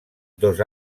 dos